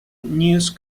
news